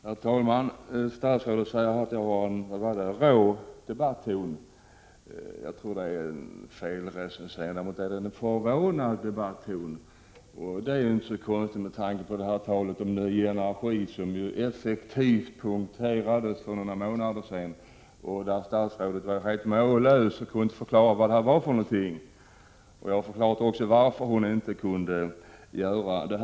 Herr talman! Statsrådet säger att jag har en väldigt rå debatton, men det är fel. Däremot har jag en förvånad debatton, vilket inte är konstigt med tanke på talet om ny energi, som ju effektivt punkterades för några månader sedan, när statsrådet var närmast mållös och inte kunde förklara vad det var. Jag har talat om varför hon inte kunde göra det.